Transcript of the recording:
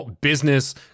business